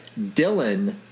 Dylan